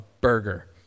burger